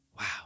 wow